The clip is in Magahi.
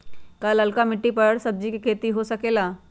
का लालका मिट्टी कर सब्जी के भी खेती हो सकेला?